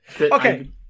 okay